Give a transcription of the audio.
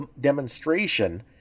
demonstration